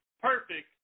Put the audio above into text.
perfect